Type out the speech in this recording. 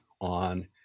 on